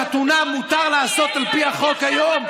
חתונה מותר לעשות על פי החוק היום.